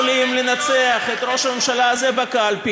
במצב שאתם לא יכולים לנצח את ראש הממשלה הזה בקלפי,